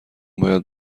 باید